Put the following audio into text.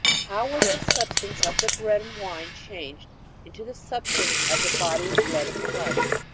how was the substance of the bread and wine changed into the substance of the body and blood of christ?